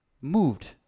moved